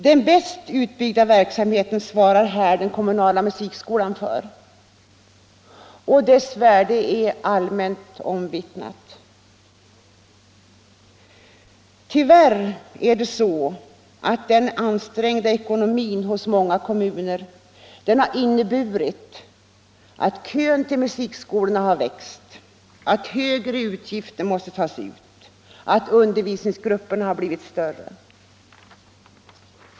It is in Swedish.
Den bäst utbyggda verksamheten svarar här den kommunala musikskolan för. Dess värde är allmänt omvittnat. Tyvärr har den ansträngda ekonomin hos många kommuner inneburit att kön till musikskolan har växt, att högre avgifter måste tas ut och att undervisningsgrupperna har blivit större.